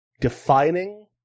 defining